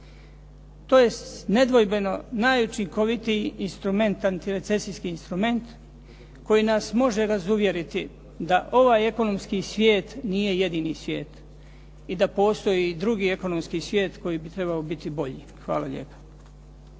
To je nedvojbeno najučinkovitiji instrument, antirecesijski instrument koji nas može razuvjeriti da ovaj ekonomski svijet nije jedini svijet i da postoji i drugi ekonomski svijet koji bi trebao biti bolji. Hvala lijepo.